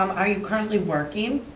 um are you currently working?